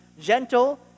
gentle